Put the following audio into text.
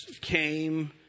came